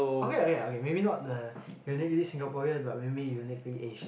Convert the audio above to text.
okay okay okay maybe not the uniquely Singaporean but maybe uniquely Asian